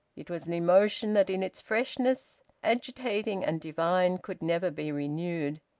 it was an emotion that in its freshness, agitating and divine, could never be renewed.